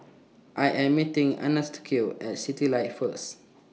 I Am meeting Anastacio At Citylights First